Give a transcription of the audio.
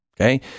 Okay